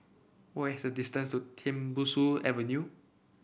what is the distance to Tembusu Avenue